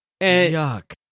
Yuck